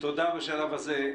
תודה בשלב הזה.